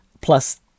plus